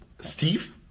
Steve